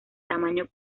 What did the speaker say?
tamaño